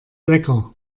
lecker